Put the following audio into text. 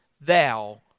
thou